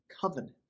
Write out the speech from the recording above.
covenant